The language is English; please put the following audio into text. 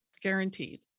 guaranteed